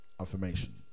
affirmation